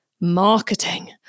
marketing